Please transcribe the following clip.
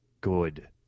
Good